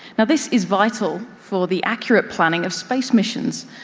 this is vital for the accurate planning of space missions,